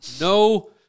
no